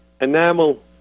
enamel